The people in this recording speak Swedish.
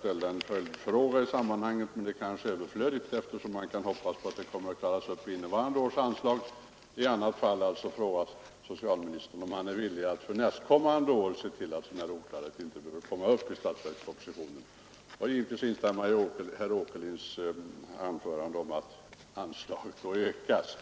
ställa en följdfråga, men det kanske är överflödigt, eftersom man kan hoppas att det hela klaras upp innevarande år. I annat fall hade jag velat fråga socialministern om han är villig att se till att en sådan här oklarhet inte finns i statsverkspropositionen nästa budgetår. Jag vill givetvis också instämma i herr Åkerlinds mening att anslaget då bör ökas.